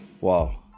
wow